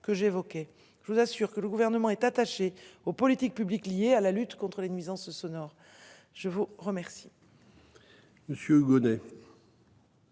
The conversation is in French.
que j'évoquais, je vous assure que le gouvernement est attaché aux politiques publiques liées à la lutte contre les nuisances sonores. Je vous remercie.